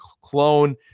clone